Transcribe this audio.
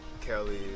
Kelly